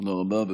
תודה רבה.